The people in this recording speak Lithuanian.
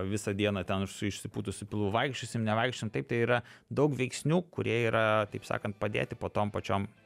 visą dieną ten su išsipūtusiu pilvu vaikščiosim nevaikščiosim taip tai yra daug veiksnių kurie yra taip sakant padėti po tom pačiom